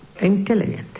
intelligent